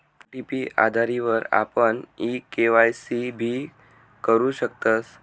OTP आधारवरी आपण e KYC भी करु शकतस